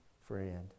friend